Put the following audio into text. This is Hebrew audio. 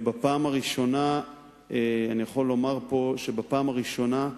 אני יכול לומר פה שבפעם הראשונה,